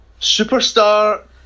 Superstar